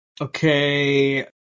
Okay